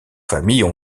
familles